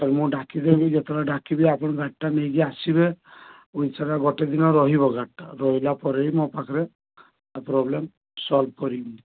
ତମକୁ ଡ଼ାକିଦେବି ଯେତେବେଳେ ଡ଼ାକିବି ଆପଣ ଗାଡ଼ିଟା ନେଇକି ଆସିବେ ଗୋଟେ ଦିନ ରହିବ ଗାଡ଼ିଟା ରହିଲା ପରେ ଯାଇ ମୋ ପାଖରେ ଆ ପ୍ରୋବ୍ଲେମ୍ ସୋଲଭ୍ କରିବି